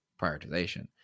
prioritization